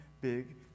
big